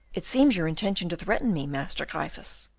it seems your intention to threaten me, master gryphus.